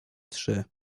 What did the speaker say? trzy